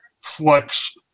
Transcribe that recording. flex